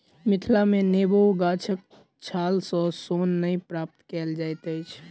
मिथिला मे नेबो गाछक छाल सॅ सोन नै प्राप्त कएल जाइत अछि